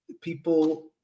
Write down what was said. people